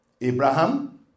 Abraham